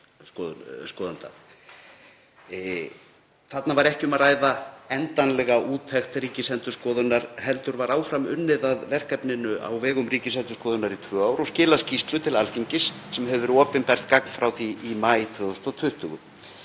Þarna var ekki um að ræða endanlega úttekt Ríkisendurskoðunar heldur var áfram unnið að verkefninu á vegum Ríkisendurskoðunar í tvö ár og skýrslu skilað til Alþingis sem hefur verið opinbert gagn frá því í maí 2020.